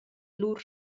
lur